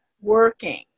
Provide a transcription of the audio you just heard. working